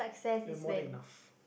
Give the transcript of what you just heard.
you have more than enough